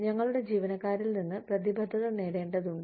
ഞങ്ങളുടെ ജീവനക്കാരിൽ നിന്ന് പ്രതിബദ്ധത നേടേണ്ടതുണ്ട്